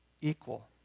equal